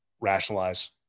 rationalize